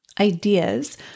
ideas